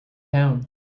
town